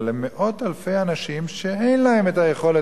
אלא במאות אלפי אנשים שאין להם היכולת